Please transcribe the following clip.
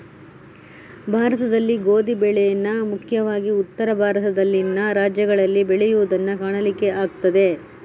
ಭಾರತದಲ್ಲಿ ಗೋಧಿ ಬೆಳೇನ ಮುಖ್ಯವಾಗಿ ಉತ್ತರ ಭಾರತದಲ್ಲಿನ ರಾಜ್ಯಗಳಲ್ಲಿ ಬೆಳೆಯುದನ್ನ ಕಾಣಲಿಕ್ಕೆ ಆಗ್ತದೆ